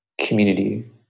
community